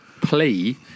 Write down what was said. plea